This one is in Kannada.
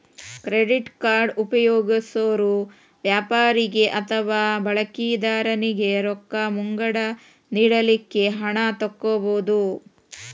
ಕ್ರೆಡಿಟ್ ಕಾರ್ಡ್ ಉಪಯೊಗ್ಸೊರು ವ್ಯಾಪಾರಿಗೆ ಅಥವಾ ಬಳಕಿದಾರನಿಗೆ ರೊಕ್ಕ ಮುಂಗಡ ನೇಡಲಿಕ್ಕೆ ಹಣ ತಕ್ಕೊಬಹುದು